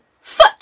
foot